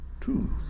Two